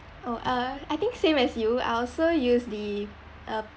oh uh I think same as you I also use the uh